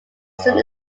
some